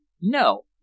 No